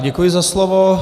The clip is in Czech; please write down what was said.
Děkuji za slovo.